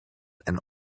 and